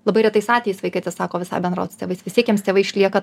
labai retais atvejais vaikai atsisako visai bendraut su tėvais vis tiek jiems tėvai išlieka